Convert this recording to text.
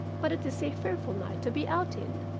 but it is a fearful night to be out in